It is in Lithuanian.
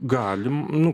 galim nu